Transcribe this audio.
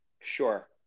Sure